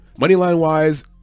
Moneyline-wise